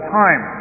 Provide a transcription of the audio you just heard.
time